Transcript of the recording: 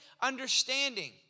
understanding